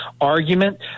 argument